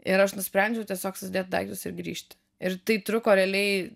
ir aš nusprendžiau tiesiog susidėti daiktus ir grįžti ir tai truko realiai